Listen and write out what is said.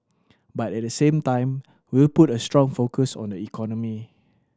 but at the same time we'll put a strong focus on the economy